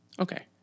Okay